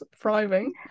thriving